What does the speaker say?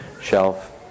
shelf